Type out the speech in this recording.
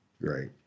right